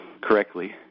correctly